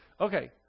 Okay